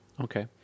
Okay